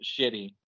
shitty